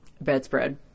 bedspread